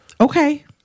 okay